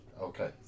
Okay